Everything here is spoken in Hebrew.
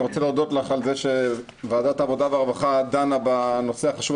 אני רוצה להודות לך על זה שוועדת העבודה והרווחה דנה בנושא החשוב הזה.